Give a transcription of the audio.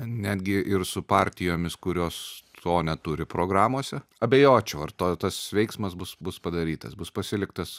netgi ir su partijomis kurios to neturi programose abejočiau ar to tas veiksmas bus bus padarytas bus pasiliktas